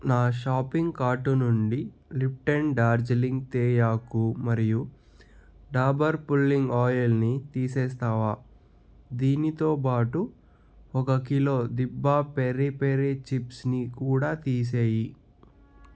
నా shopping cart నుండి Lipton Darjeeling తేయాకు మరియు డాబర్ పుల్లింగ్ ఆయిల్ని తీసేస్తావా దీనితో పాటు ఒక కిలో దిభా పెరి పెరి చిప్స్ని కూడా తీసేయి